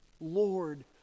Lord